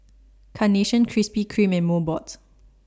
Carnation Krispy Kreme and Mobot